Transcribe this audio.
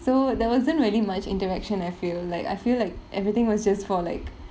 so there wasn't really much interaction I feel like I feel like everything was just for like